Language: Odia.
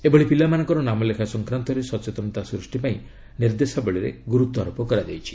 ଏଭଳି ପିଲାମାନଙ୍କର ନାମଲେଖା ସଂକ୍ରାନ୍ତରେ ସଚେତନତା ସୂଷ୍ଟି ପାଇଁ ନିର୍ଦ୍ଦେଶାବଳୀରେ ଗୁରୁତ୍ୱାରୋପ କରାଯାଇଛି